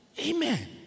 Amen